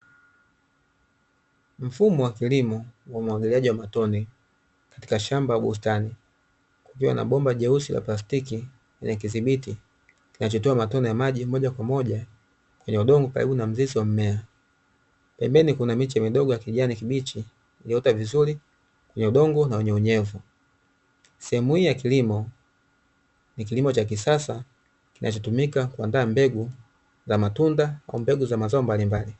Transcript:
Mfumo wa kilimo wa umwagiliaji wa matone katika shamba la bustani, kukiwa na bomba jeusi la plasitiki lenye kidhibiti kinachotoa matone ya maji moja kwa moja kwenye udongo karibu na mzizi wa mmea, pembeni kuna miche midogo ya kijani kibichi, imeota vizuri kwenye udongo na wenye unyevu. Sehemu hii ya kilimo, ni kilimo cha kisasa kinachotumika kuandaa mbegu za matunda kwa mbegu za mazao mbalimbali.